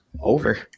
Over